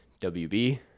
wb